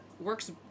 Works